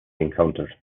encountered